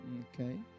Okay